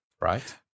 Right